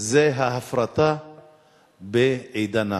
זה ההפרטה בעידנה.